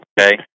Okay